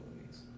movies